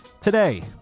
Today